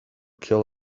kill